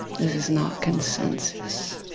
this is not consensus.